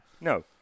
no